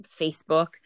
Facebook